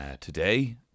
today